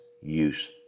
use